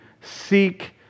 seek